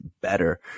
better